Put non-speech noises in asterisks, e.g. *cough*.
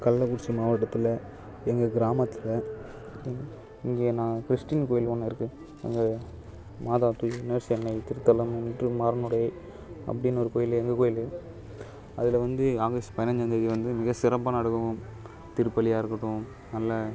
கள்ளக்குறிச்சி மாவட்டத்தில் எங்க கிராமத்தில் இங்கே நான் கிறிஸ்டீன் கோயில் ஒன்று இருக்குது அங்கே மாதா *unintelligible* திருத்தலம் *unintelligible* அப்படின்னு ஒரு கோயில் எங்க கோயில் அதில் வந்து ஆகஸ்ட் பதினைஞ்சாந்தேதி வந்து மிகச்சிறப்பாக நடக்கும் திருப்பள்ளியாக இருக்கட்டும் நல்ல